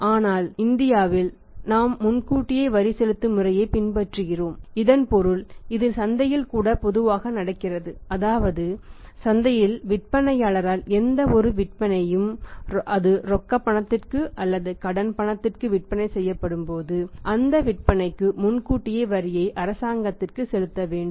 ஆனால் இந்தியாவில் நாம் முன்கூட்டியே வரி செலுத்தும் முறையைப் பின்பற்றுகிறோம் இதன் பொருள் இது சந்தையில்கூட பொதுவாக நடக்கிறது அதாவது சந்தையில் விற்பனையாளரால் எந்தவொரு விற்பனையும் அது ரொக்க பணத்திற்கு அல்லது கடனுக்கு விற்பனை செய்யப்படும்போது அந்த விற்பனைக்கு முன்கூட்டியே வரியை அரசாங்கத்திற்கு செலுத்த வேண்டும்